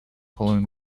following